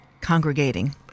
congregating